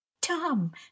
tom